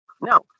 No